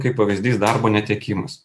kaip pavyzdys darbo netekimas